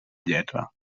lletra